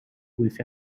with